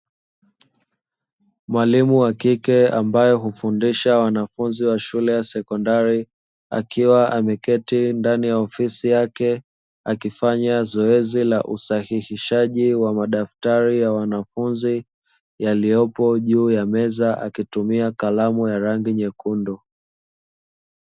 Mwalimu wa kike ambaye hufundisha wanafunzi wa shule ya sekondari. Akiwa ameketi ndani ya ofisi yake akifanya zoezi la usahihishaji wa madaftari ya wanafunzi yaliyopo juu ya meza akitumia kalamu ya rangi nyekundu.